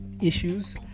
issues